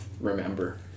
remember